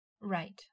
Right